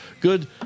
good